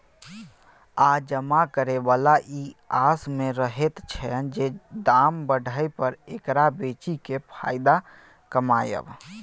आ जमा करे बला ई आस में रहैत छै जे दाम बढ़य पर एकरा बेचि केँ फायदा कमाएब